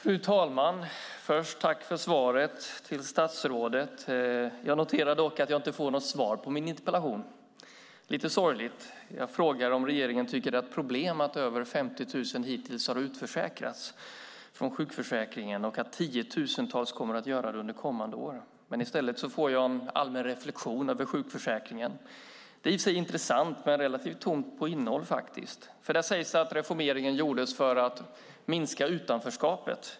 Fru talman! Jag tackar statsrådet för svaret. Jag noterar dock att jag inte får svar på frågorna i min interpellation. Det är lite sorgligt. Jag frågade om regeringen tycker att det är ett problem att över 50 000 hittills har utförsäkrats från sjukförsäkringen och att tiotusentals kommer att bli utförsäkrade under de kommande åren. I stället får jag en allmän reflektion över sjukförsäkringen. Det är i och för sig intressant, men relativt tomt på innehåll. Det sägs att man genomförde reformeringen för att minska utanförskapet.